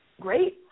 Great